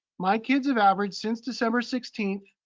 my kids have averaged since december sixteenth,